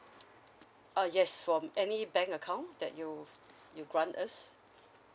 uh yes from any bank account that you you grant us